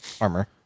armor